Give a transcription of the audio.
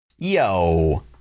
Yo